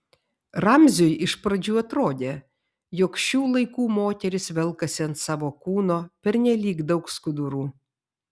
ramziui iš pradžių atrodė jog šių laikų moterys velkasi ant savo kūno pernelyg daug skudurų